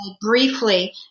briefly